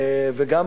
וגם,